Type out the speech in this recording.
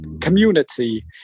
community